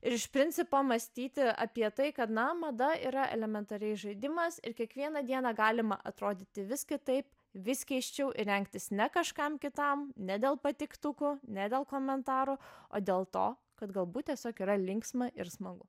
ir iš principo mąstyti apie tai kad na mada yra elementariai žaidimas ir kiekvieną dieną galima atrodyti vis kitaip vis keisčiau rengtis ne kažkam kitam ne dėl patiktukų ne dėl komentarų o dėl to kad galbūt tiesiog yra linksma ir smagu